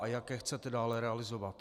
A jak je chcete dále realizovat?